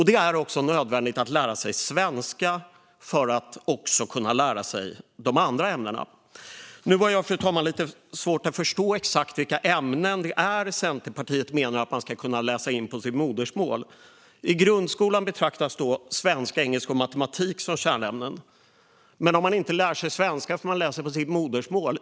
Det är också nödvändigt att lära sig svenska för att kunna lära sig de andra ämnena. Nu har jag, fru talman, lite svårt att förstå exakt vilka ämnen det är Centerpartiet menar att man ska kunna läsa in på sitt modersmål. I grundskolan betraktas svenska, engelska och matematik som kärnämnen. Men hur är det om man inte lär sig svenska? Man läser ju då det på sitt modersmål.